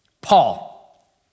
Paul